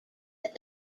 that